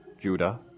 Judah